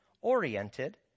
oriented